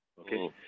Okay